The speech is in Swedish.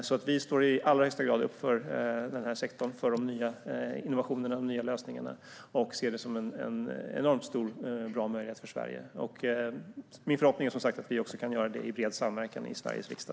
Vi står alltså i allra högsta grad upp för den här sektorn och för de nya innovationerna och lösningarna. Vi ser detta som en enormt stor och bra möjlighet för Sverige. Min förhoppning är som sagt att vi kan göra det i bred samverkan i Sveriges riksdag.